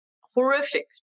horrific